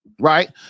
right